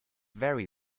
very